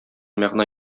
мәгънә